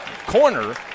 corner